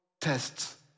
tests